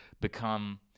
become